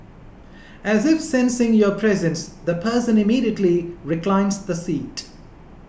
as if sensing your presence the person immediately reclines the seat